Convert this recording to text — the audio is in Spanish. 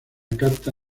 carta